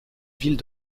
ville